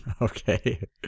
Okay